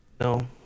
No